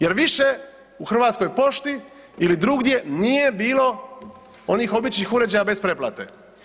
Jer više u Hrvatskoj pošti ili drugdje nije bilo onih običnih uređaja bez pretplate.